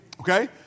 Okay